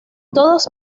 todos